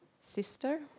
sister